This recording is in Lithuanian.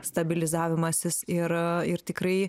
stabilizavimasis ir ir tikrai